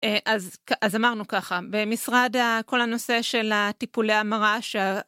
אז אמרנו ככה, במשרד כל הנושא של הטיפולי המרה